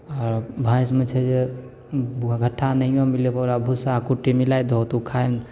आओर भैंसमे छै जे घट्ठा नहियो मिलेबहो भूसा कुटी मिलाए दहो तऽ ओ खाएमे